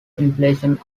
inflation